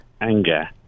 anger